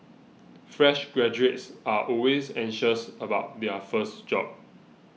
fresh graduates are always anxious about their first job